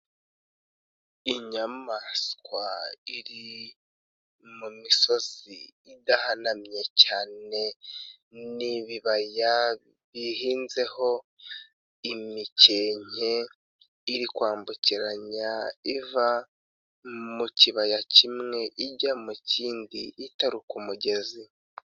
Inyamaswa iri mu misozi idahanamye cyane, ni ibibaya bihinzeho imikenke iri kwambukiranya iva mu kibaya kimwe ijya mu kindi itaruka umugezi.